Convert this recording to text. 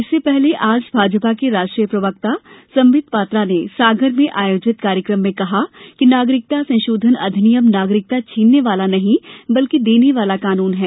इससे पहले आज भाजपा के राष्ट्रीय प्रवक्ता संबित पात्रा ने सागर में आयोजित कार्यक्रम में कहा है कि नागरिकता संशोधन अधिनियम नागरिकता छीनने वाला नहीं बल्कि देने वाला कानून है